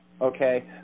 okay